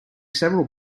several